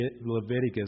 Leviticus